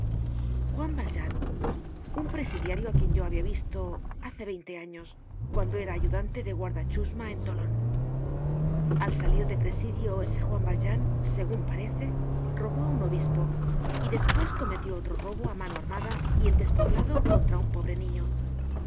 juan valjean un presidiario á quien yo habia visto hace veinte años cuando era ayudante de guarda chusma en tolon al salir de presidio ese juan valjean segun parece robó á un obispo y despues cometió otro robo á mano armada y en despoblado contra un pobre niño